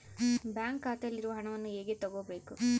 Bank ಖಾತೆಯಲ್ಲಿರುವ ಹಣವನ್ನು ಹೇಗೆ ತಗೋಬೇಕು?